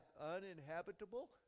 uninhabitable